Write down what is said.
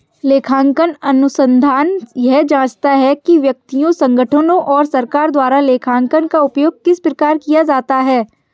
लेखांकन अनुसंधान यह जाँचता है कि व्यक्तियों संगठनों और सरकार द्वारा लेखांकन का उपयोग किस प्रकार किया जाता है